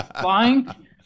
flying